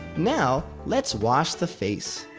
now, let's wash the face.